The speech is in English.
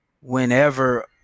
whenever